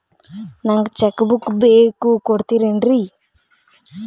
ನಂಗ cheque book ಬೇಕು ಕೊಡ್ತಿರೇನ್ರಿ?